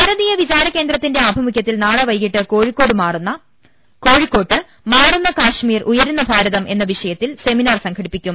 ഭാരതീയ വിചാരകേന്ദ്രത്തിന്റെ ആഭിമുഖൃത്തിൽ നാളെ വൈകീട്ട് കോഴിക്കോട്ട് മാറുന്ന കശ്മീർ ഉയരുന്ന ഭാരതം എന്ന വിഷയത്തിൽ സെമിനാർ സംഘടിപ്പിക്കും